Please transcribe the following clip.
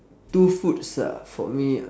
two foods ah for me